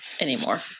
anymore